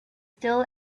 still